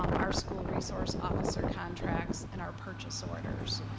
um our school resource officer contracts, and our purchase orders.